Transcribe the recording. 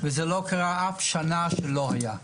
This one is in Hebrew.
לא הייתה שנה אחת שזה לא היה.